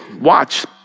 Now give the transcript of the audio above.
Watch